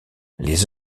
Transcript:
les